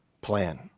plan